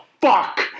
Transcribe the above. fuck